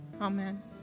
Amen